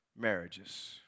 marriages